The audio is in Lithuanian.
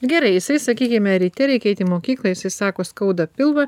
gerai jisai sakykime ryte reikia eit į mokyklą jisai sako skauda pilvą